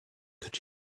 could